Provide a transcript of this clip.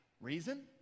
reason